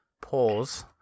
Pause